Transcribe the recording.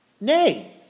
nay